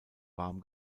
warm